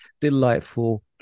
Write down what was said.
delightful